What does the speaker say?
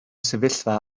sefyllfa